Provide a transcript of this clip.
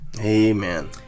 amen